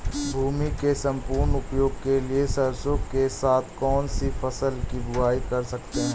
भूमि के सम्पूर्ण उपयोग के लिए सरसो के साथ कौन सी फसल की बुआई कर सकते हैं?